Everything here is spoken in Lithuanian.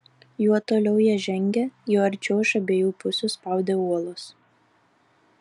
juo toliau jie žengė juo arčiau iš abiejų pusių spaudė uolos